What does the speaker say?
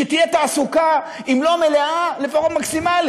שתהיה תעסוקה, אם לא מלאה, לפחות מקסימלית.